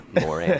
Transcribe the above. more